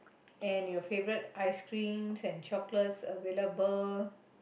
and your favourite ice cream and chocolate available